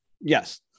yes